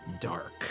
dark